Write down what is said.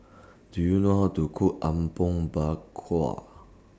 Do YOU know How to Cook Apom Berkuah